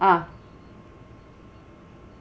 ah